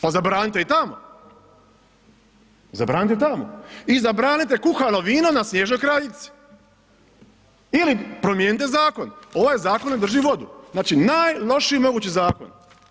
Pa zabranite i tamo, zabranite tamo i zabranite kuhano vino na Snježnoj kraljici ili promijenite zakon, ovaj zakon ne drži vodu, znači najlošiji mogući zakon.